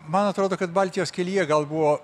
man atrodo kad baltijos kelyje gal buvo